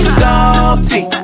salty